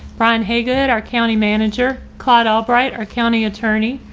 ron haygood, our county manager claude albright, our county attorney,